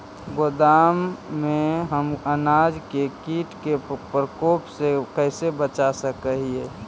गोदाम में हम अनाज के किट के प्रकोप से कैसे बचा सक हिय?